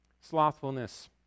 Slothfulness